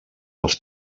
els